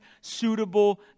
suitable